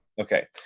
Okay